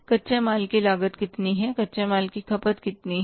कच्चे माल की लागत कितनी है और कच्चे माल की खपत कितनी है